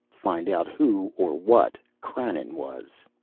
find out who or what krannon was.